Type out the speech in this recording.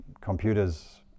computers